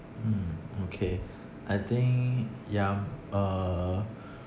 okay I think ya I'm uh